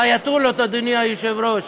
באייטולות, אדוני היושב-ראש,